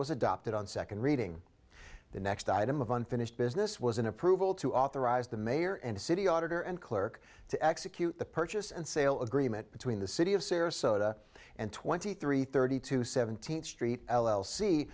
was adopted on second reading the next item of unfinished business was an approval to authorize the mayor and city auditor and clerk to execute the purchase and sale agreement between the city of sarasota and twenty three thirty two seventeenth street l l c